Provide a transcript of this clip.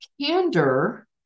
candor